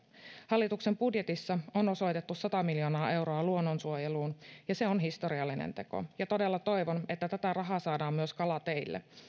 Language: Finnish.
hallituksen budjetissa on osoitettu sata miljoonaa euroa luonnonsuojeluun ja se on historiallinen teko todella toivon että tätä rahaa saadaan myös kalateille